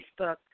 Facebook